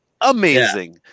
amazing